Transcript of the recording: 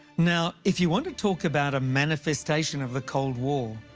now if you wanna talk about a manifestation of the cold war,